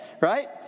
Right